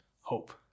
hope